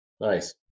Nice